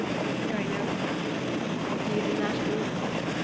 i think i know now he is in that room in there!